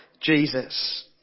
Jesus